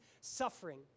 suffering